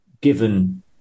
given